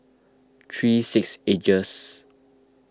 three six Ages